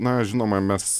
na žinoma mes